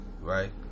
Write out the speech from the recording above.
Right